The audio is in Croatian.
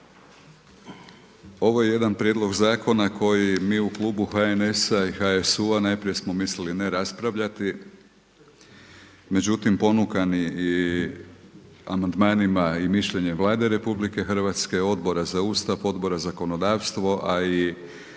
Ovo je jedan prijedlog zakona koji mi u klubu HNS-HSU-a najprije smo misli ne raspravljati, međutim ponukani i amandmanima i mišljenjem Vlade RH, Odbora za Ustav, Odbora za zakonodavstvo, a i